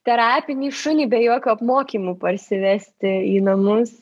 terapinį šunį be jokių apmokymų parsivesti į namus